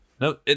No